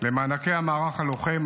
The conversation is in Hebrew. את מדיניות התגמולים